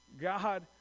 God